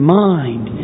mind